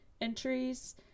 entries